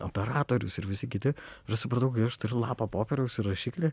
operatorius ir visi kiti ir aš supratau kai aš turiu lapą popieriaus ir rašiklį